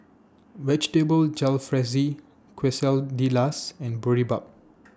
Vegetable Jalfrezi Quesadillas and Boribap